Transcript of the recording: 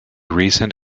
recent